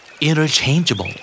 Interchangeable